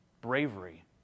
Bravery